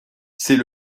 c’est